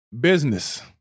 business